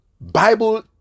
Bible